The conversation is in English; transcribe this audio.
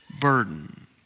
burden